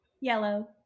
Yellow